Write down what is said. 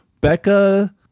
Becca